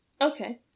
okay